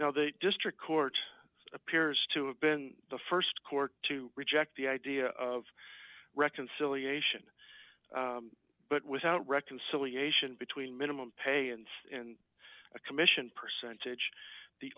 now the district court appears to have been the st court to reject the idea of reconciliation but without reconciliation between minimum pay and a commission percentage the